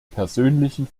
persönlichen